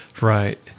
Right